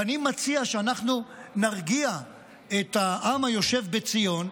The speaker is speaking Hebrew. ואני מציע שאנחנו נרגיע את העם היושב בציון,